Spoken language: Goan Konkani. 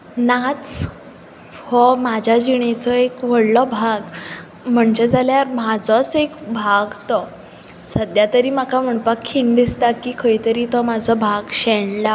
हें आमी सुद्दां खूब कडेन आमी पफॉम केलां आनी बऱ्या तरेन केला आनी तेन्ना आमकां सर लाबलेलो सर कमलेश सर खुबूच बरें नृत्य सादर करतालीं शिकतालीं आनी खंय खंय वचून पफॉम करतालीं